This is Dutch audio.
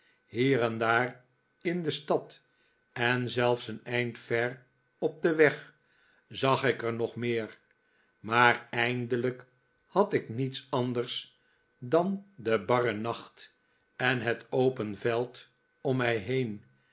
hier en daar in de stad en zelfs een eind ver op den weg zag ik er nog meer maar eindelijk had ik niets anders dan den barren nacht en het open veld om mij heen